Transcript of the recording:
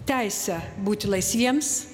teisę būti laisviems